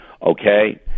Okay